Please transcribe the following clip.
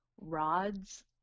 rods